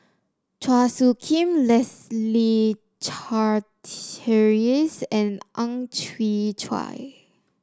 Chua Soo Khim Leslie Charteris and Ang Chwee Chai